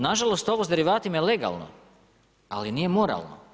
Nažalost, ovo sa derivatima je legalno, ali nije moralno.